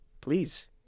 Please